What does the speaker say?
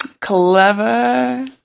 Clever